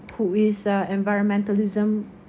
who is a environmentalism